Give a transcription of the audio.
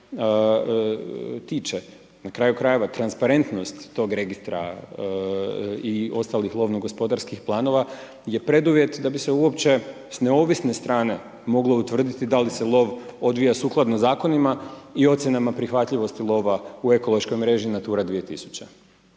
njime tiče. Na kraju krajeva, transparentnost tog registra i ostalih lovno-gospodarskih planova je preduvjet da bi se uopće s neovisne strane moglo utvrditi da li se lov odvija sukladno zakonima i ocjenama prihvatljivosti lova u Ekološkoj mreži Natura 2000.